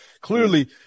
clearly